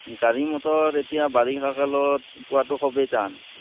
গাড়ী মটৰত এতিয়া বাৰিষা কালত পোৱাটো খুৱেই টান